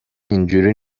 اینجوری